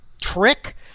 trick